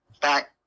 back